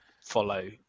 follow